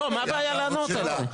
מה הבעיה לענות על זה?